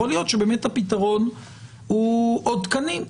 יכול להיות שהפתרון הוא באמת הוא עוד תקנים.